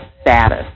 status